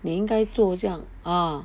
你应该做这样 ah